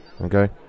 okay